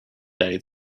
day